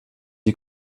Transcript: die